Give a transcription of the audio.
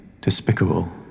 despicable